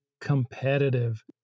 competitive